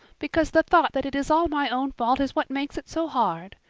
because the thought that it is all my own fault is what makes it so hard.